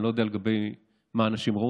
אני לא יודע לגבי מה אנשים ראו.